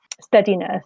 steadiness